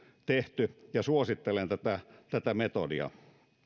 tehty ja suosittelen tätä tätä metodia